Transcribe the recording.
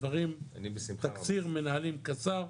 דברים --- אני בשמחה --- תקציר מנהלים קצר,